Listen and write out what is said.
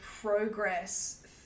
progress